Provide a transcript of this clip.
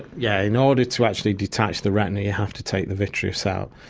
yeah in order to actually detach the retina you have to take the vitreous out.